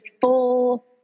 full